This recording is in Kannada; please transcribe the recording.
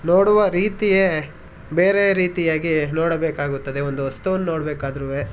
ನೋಡುವ ರೀತಿಯೇ ಬೇರೆ ರೀತಿಯಾಗಿ ನೋಡಬೇಕಾಗುತ್ತದೆ ಒಂದು ವಸ್ತುವನ್ನ ನೋಡಬೇಕಾದ್ರೂ